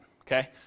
okay